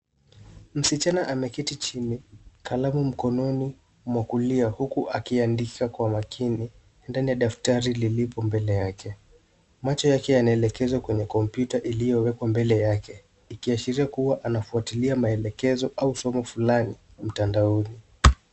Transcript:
Msichana ameketi chini, kalamu mkononi mwa kulia uku akiandika kwa makini ndani ya daftari lilipo mbele yake. Macho yake yanaelekezwa kwenye kompyuta iliyowekwa mbele yake ikiashiria kuwa anafuatilia maelekezo au somo fulani mtandaoni.